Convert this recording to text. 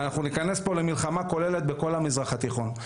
אנחנו ניכנס למלחמה כוללת בכל המזרח התיכון.